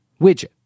widget